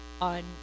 on